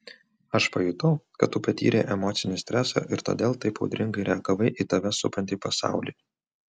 aš pajutau kad tu patyrei emocinį stresą ir todėl taip audringai reagavai į tave supantį pasaulį